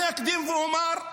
אני אקדים ואומר,